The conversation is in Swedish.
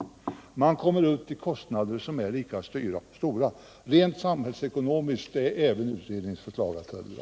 Man kommer då upp i kostnader som blir lika stora. Även rent samhällsekonomiskt sett är utredningens förslag att föredra.